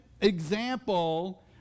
example